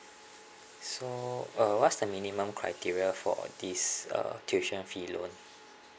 so uh what's the minimum criteria for this uh tuition fee loan